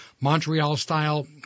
Montreal-style